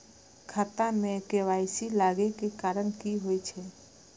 खाता मे के.वाई.सी लागै के कारण की होय छै?